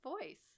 voice